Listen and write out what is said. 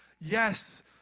yes